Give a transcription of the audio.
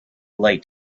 light